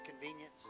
convenience